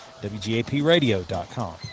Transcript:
WGAPradio.com